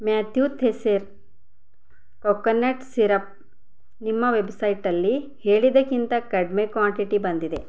Mathieu Teisseire coconut syrup ನಿಮ್ಮ ವೆಬ್ಸೈಟಲ್ಲಿ ಹೇಳಿದ್ದಕ್ಕಿಂತ ಕಡಿಮೆ ಕ್ವಾಂಟಿಟಿ ಬಂದಿದೆ